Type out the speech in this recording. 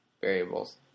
variables